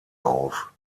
auf